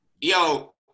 Yo